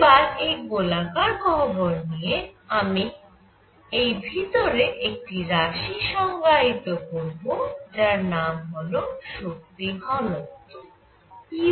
এবার এই গোলাকার গহ্বর নিয়ে আমি এই ভিতরে একটি রাশি সংজ্ঞায়িত করব যার নাম হল শক্তি ঘনত্ব u